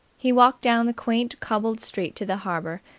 he walked down the quaint cobbled street to the harbour,